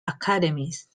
academies